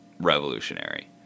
revolutionary